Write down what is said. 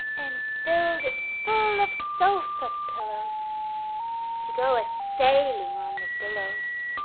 and filled it full of sofa pillows to go a-sailing on the billows.